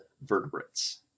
vertebrates